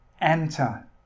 enter